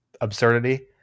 absurdity